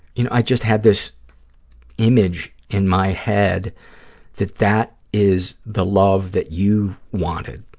you know, i just had this image in my head that that is the love that you wanted,